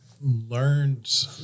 learned